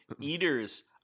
Eater's